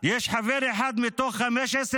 יש חבר אחד מתוך 15 חברים,